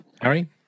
Harry